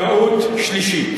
טעות שלישית